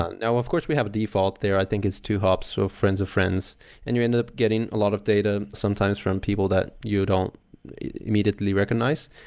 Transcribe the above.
ah and now, of course we have default there. i think it's two hops so of friends of friends and you end up getting a lot of data sometimes from people that you don't immediately recognize.